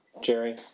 Jerry